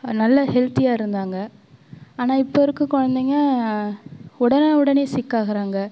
நல்ல ஹெல்த்தியாக இருந்தாங்க ஆனால் இப்போ இருக்கற குழந்தைங்க உடனே உடனே சிக் ஆகுறாங்க